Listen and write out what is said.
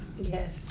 Yes